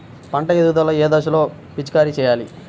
పంట ఎదుగుదల ఏ దశలో పిచికారీ చేయాలి?